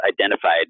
identified